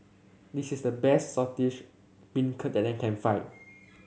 this is the best Saltish Beancurd that I can find